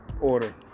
Order